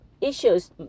issues